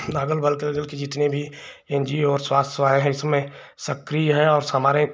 अगल बगल के जितने भी एन जी ओ और स्वास्थ्य सेवाएँ हैं इसमें सक्रिय हैं और हमारे